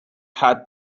had